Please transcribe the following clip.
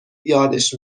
یادش